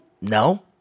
No